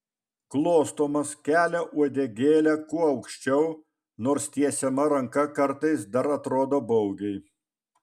glostomas kelia uodegėlę kuo aukščiau nors tiesiama ranka kartais dar atrodo baugiai